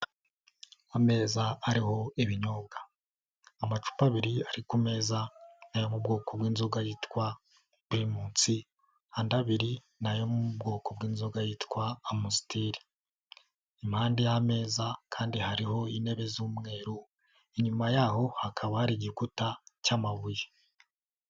ameza ariho ibinyobwa, amacupa abiri ari ku meza n'ayo mu bwoko bw'inzoga yitwa primusi, andi abiri ni ayo mu bwoko bw'inzoga yitwa amster, impande y'ameza kandi hariho intebe z'umweru, inyuma yaho hakaba hari igikuta cy'amabuye.